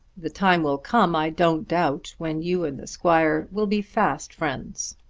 the time will come, i don't doubt, when you and the squire will be fast friends.